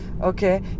okay